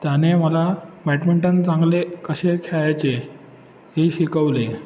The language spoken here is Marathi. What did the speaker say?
त्याने मला बॅडमिंटन चांगले कसे खेळायचे हे शिकवले